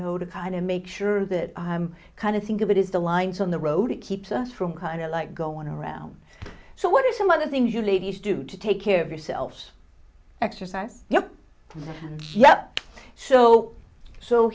know to kind of make sure that kind of think of it is the lines on the road it keeps us from kind of like going around so what are some other things you ladies do to take care of yourselves exercise your yeah so so